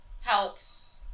helps